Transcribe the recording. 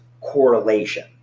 correlation